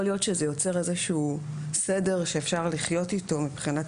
יכול להיות שזה יוצר איזשהו סדר שאפשר לחיות איתו מבחינת